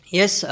Yes